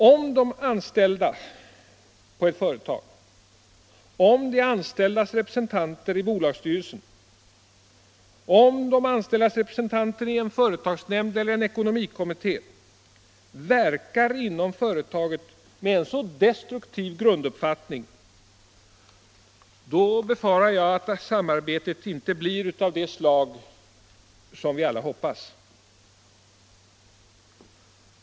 Om de anställda i ett företag, om de anställdas representanter i bolagsstyrelsen, om de anställdas representanter i företagsnämnd eller ekonomikommitté verkar inom företaget med en så destruktiv grunduppfattning, då befarar jag att samarbetet inte blir av det slag som vi alla hoppas.